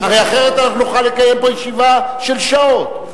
הרי אחרת אנחנו נוכל לקיים פה ישיבה של שעות.